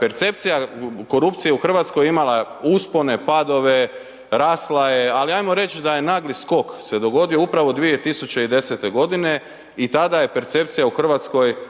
percepcija korupcije u Hrvatskoj je imala uspone, padove, rasla je, ali ajmo reći da je nagli skok se dogodio upravo 2010. g. i tada je percepcija u Hrvatskoj